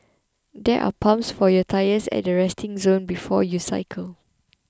there are pumps for your tyres at the resting zone before you cycle